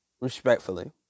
Respectfully